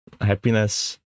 happiness